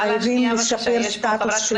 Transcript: חייבים לטפל בנושא המטפלות.